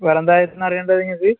വേറെ എന്താ അറിയേണ്ടത് നിങ്ങൾക്ക്